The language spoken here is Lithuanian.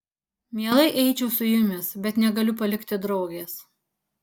mielai eičiau su jumis bet negaliu palikti draugės